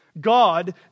God